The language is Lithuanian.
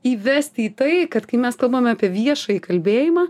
įvesti į tai kad kai mes kalbame apie viešąjį kalbėjimą